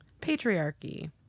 Patriarchy